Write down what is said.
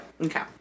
okay